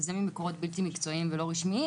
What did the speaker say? זה ממקורות בלתי מקצועיים ולא רשמיים